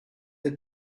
the